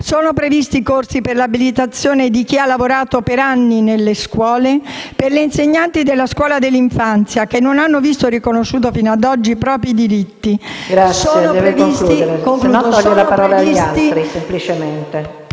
Sono previsti corsi per l'abilitazione di chi ha lavorato per anni nelle scuole? Per le insegnanti della scuola dell'infanzia, che non hanno visto riconosciuti fino ad oggi i propri diritti? PRESIDENTE. Deve concludere, altrimenti toglie la parola agli altri.